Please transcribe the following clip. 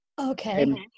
okay